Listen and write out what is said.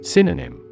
Synonym